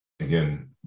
again